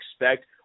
expect